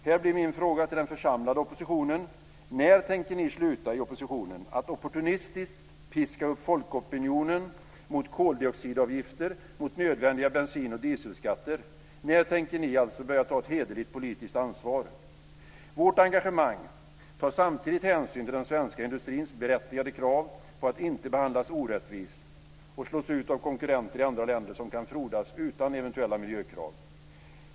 Här blir min fråga till den församlade oppositionen: När tänker ni sluta inom oppositionen att opportunistiskt piska upp folkopinionen mot koldioxidavgifter och mot nödvändiga bensin och dieselskatter? När tänker ni alltså börja ta ett hederligt politiskt ansvar? Vårt engagemang tar samtidigt hänsyn till den svenska industrins berättigade krav på att inte behandlas orättvist och slås ut av konkurrenter i andra länder som kan frodas utan eventuella miljökrav.